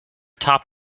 top